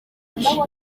ati